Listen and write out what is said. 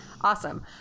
Awesome